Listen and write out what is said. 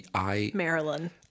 Marilyn